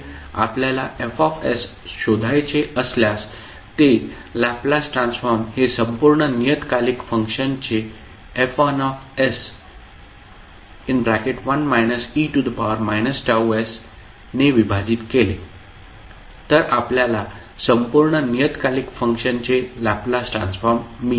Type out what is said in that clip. आपल्याला F शोधायचे असल्यास ते लॅपलास ट्रान्सफॉर्म हे संपूर्ण नियतकालिक फंक्शनचे F1 1 − e−T s ने विभाजित केले तर आपल्याला संपूर्ण नियतकालिक फंक्शनचे लॅपलास ट्रान्सफॉर्म मिळेल